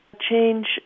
change